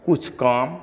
किछु काम